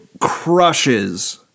crushes